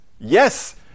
Yes